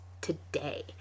today